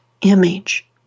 image